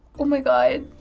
oh my god.